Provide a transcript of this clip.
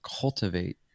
cultivate